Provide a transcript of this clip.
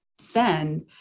send